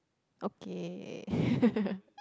okay